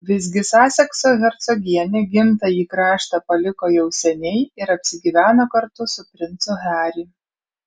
visgi sasekso hercogienė gimtąjį kraštą paliko jau seniai ir apsigyveno kartu su princu harry